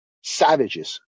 savages